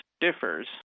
differs